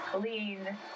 lean